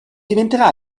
diventerà